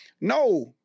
No